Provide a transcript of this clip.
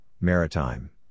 Maritime